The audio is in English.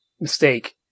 mistake